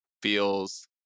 feels